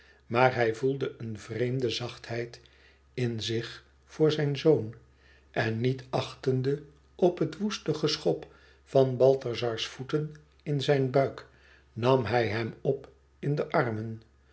maar hij voelde een vreemde zachtheid in zich voor zijn zoon en niet achtende op het woeste geschop van balthazars voeten in zijn buik nam hij hem op in de armen